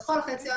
כל חציון,